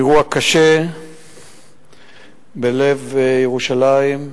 אירוע קשה בלב ירושלים.